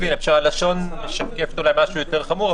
הלשון משקפת אולי משהו יותר חמור,